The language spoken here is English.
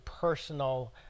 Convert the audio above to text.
personal